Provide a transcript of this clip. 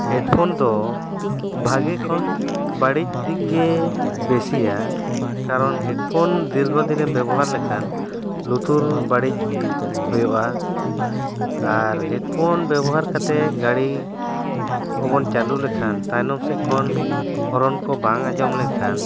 headphone ᱫᱚ ᱵᱷᱟᱜᱮ ᱠᱷᱚᱱ ᱵᱟᱹᱲᱤᱡ ᱫᱤᱠ ᱜᱮ ᱵᱮᱥᱤᱭᱟ ᱠᱟᱨᱚᱱ ᱦᱮᱹᱰᱯᱷᱳᱱ ᱫᱤᱨᱜᱷᱚᱫᱤᱱᱮᱢ ᱵᱮᱵᱚᱦᱟᱨ ᱞᱮᱠᱷᱟᱱ ᱞᱩᱛᱩᱨ ᱵᱟᱹᱲᱤᱡ ᱦᱩᱭᱩᱜᱟ ᱟᱨ ᱦᱮᱹᱰᱯᱷᱳᱱ ᱵᱮᱵᱚᱦᱟᱨ ᱠᱟᱛᱮᱫ ᱜᱟᱹᱲᱤ ᱠᱚᱵᱚᱱ ᱪᱟᱹᱞᱩ ᱞᱮᱠᱷᱟᱱ ᱛᱟᱭᱱᱚᱢ ᱥᱮᱫ ᱠᱷᱚᱱ ᱦᱚᱨᱚᱱ ᱠᱚ ᱵᱟᱝ ᱟᱸᱡᱚᱢ ᱞᱮᱱᱠᱷᱟᱱ